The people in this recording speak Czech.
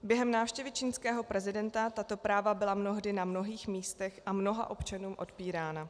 Během návštěvy čínského prezidenta tato práva byla mnohdy na mnohých místech a mnoha občanům odpírána.